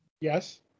Yes